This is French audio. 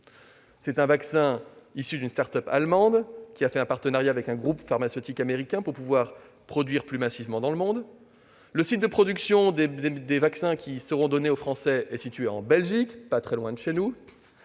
est issu d'une start-up allemande, qui a conclu un partenariat avec un groupe pharmaceutique américain pour pouvoir produire plus massivement dans le monde. Le site de production des vaccins qui seront distribués aux Français est situé en Belgique, donc pas très loin de chez nous.